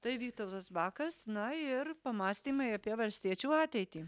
tai vytautas bakas na ir pamąstymai apie valstiečių ateitį